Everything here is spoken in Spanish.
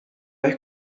vez